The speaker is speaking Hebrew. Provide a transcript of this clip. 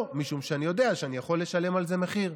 לא, משום שאני יודע שאני יכול לשלם על זה מחיר.